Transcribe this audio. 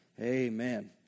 Amen